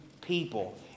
people